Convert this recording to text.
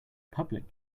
public